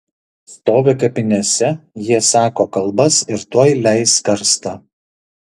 stovi kapinėse jie sako kalbas ir tuoj leis karstą